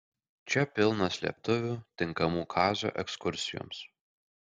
čia pilna slėptuvių tinkamų kazio ekskursijoms